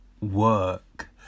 work